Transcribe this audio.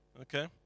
okay